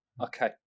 Okay